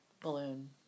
balloon